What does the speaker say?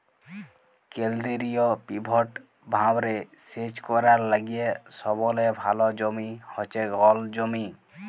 কেলদিরিয় পিভট ভাঁয়রে সেচ ক্যরার লাইগে সবলে ভাল জমি হছে গল জমি